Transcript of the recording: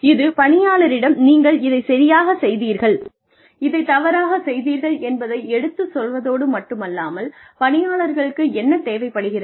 இது பணியாளரிடம் நீங்கள் இதைச் சரியாகச் செய்தீர்கள் இதைத் தவறாக செய்தீர்கள் என்பதை எடுத்து சொல்வதொடு மட்டுமல்லாமல் பணியாளர்களுக்கு என்ன தேவைப்படுகிறது